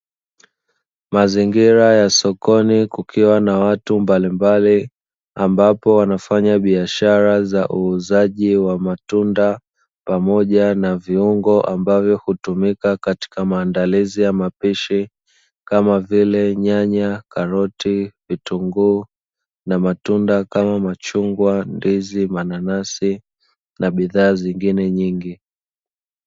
Mazingira ya sokoni kukiwa na watu mbalimbali ambapo wanafanya biashara za uuzaji wa matunda pamoja na viungo ambavyo hutumika katika maandalizi ya mapishi kama vile nyanya, karoti, vitunguu na matunda kama machungwa, ndizi, mananasi na bidhaa zingine nyingi.